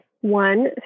one